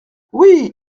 oui